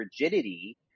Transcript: rigidity